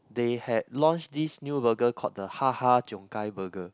they had launched this new burger call the Ha Ha-Cheong-Gai burger